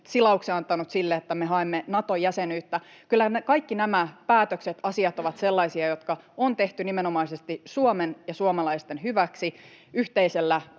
silauksen antanut sille, että me haemme Naton jäsenyyttä — kyllä minun mielestäni kaikki nämä päätökset ja asiat ovat sellaisia, jotka on tehty nimenomaisesti Suomen ja suomalaisten hyväksi. Yhteisellä